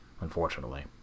unfortunately